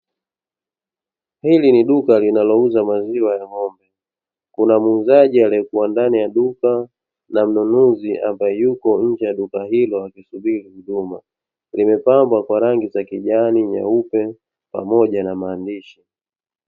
Hili ni duka linalouza maziwa ya ng'ombe, kuna muuzaji aliyekuwa ndani ya duka na mnunuzi ambaye yupo nje ya duka hilo akisubiri huduma, limepambwa kwa rangi za kijani, nyeupe pamoja na maandishi.